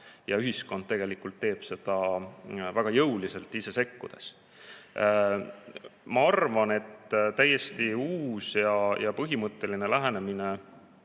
Ja ühiskond tegelikult teeb seda väga jõuliselt ise sekkudes. Ma arvan, et täiesti uus ja põhimõtteline lähenemine,